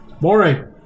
Boring